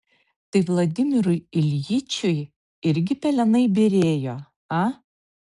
tai vladimirui iljičiui irgi pelenai byrėjo a